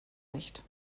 nicht